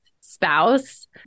spouse